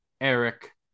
Eric